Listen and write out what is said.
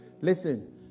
Listen